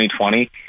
2020